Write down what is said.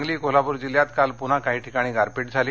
सांगली कोल्हापूर जिल्ह्यात काल पुन्हा काही ठिकाणी गारपीट झाली